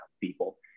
people